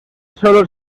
sólo